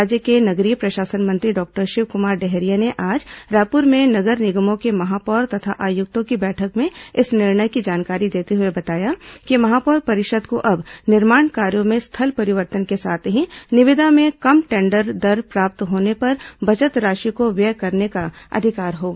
राज्य के नगरीय प्रशासन मंत्री डॉक्टर शिवकुमार डहरिया ने आज रायपुर में नगर निगमों के महापौर तथा आयुक्तों की बैठक में इस निर्णय की जानकारी देते हुए बताया कि महापौर परिषद को अब निर्माण कार्यों में स्थल परिवर्तन के साथ ही निविदा में कम टेंडर दर प्राप्त होने पर बचत राशि को व्यय करने का अधिकार होगा